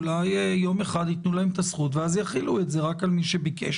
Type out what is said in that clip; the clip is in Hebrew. אולי יום אחד יתנו להם את הזכות ואז יחילו את זה רק על מי שביקש.